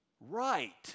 right